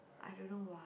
I don't know what